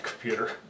computer